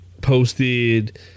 posted